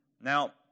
Now